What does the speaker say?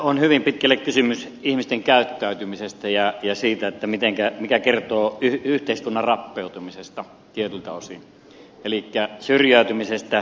on hyvin pitkälle kysymys ihmisten käyttäytymisestä ja siitä mikä kertoo yhteiskunnan rappeutumisesta tietyltä osin elikkä syrjäytymisestä eriarvoistumisesta